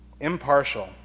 impartial